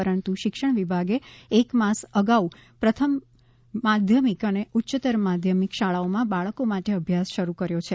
પરંતુ શિક્ષણ વિભાગે એક માસ અગાઉ પ્રથમ માધ્યમિક અને ઉચ્યત્તર માધ્યમિક શાળાઓમાં બાળકો માટે અભ્યાસ શરૂ કર્યો છે